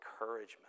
encouragement